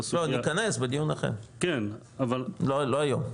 הסוגייה --- לא, נכנס, בדיון אחר, לא היום.